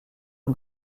une